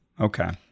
Okay